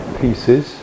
pieces